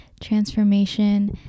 transformation